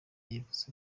yavuze